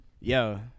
Yo